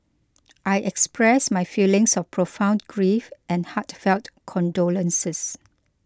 I express my feelings of profound grief and heartfelt condolences